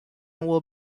will